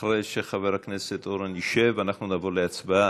אחרי שחבר הכנסת אורן ישב, אנחנו נעבור להצבעה.